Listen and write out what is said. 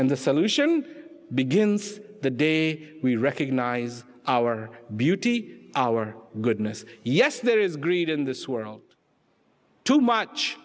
and the solution begins the day we recognize our beauty our goodness yes there is greed in this world too much